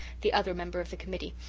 the other member of the committee.